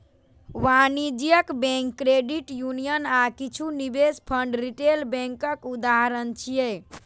वाणिज्यिक bank, credit union आ किछु निवेश फंड रिटेल बैंकक उदाहरण छियै